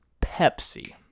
Pepsi